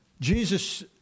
Jesus